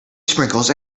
sprinkles